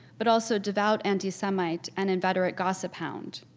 but also devout anti-semite, and inveterate gossip hound,